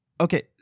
okay